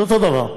זה אותו דבר.